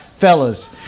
Fellas